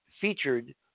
featured